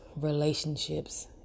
relationships